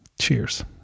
Cheers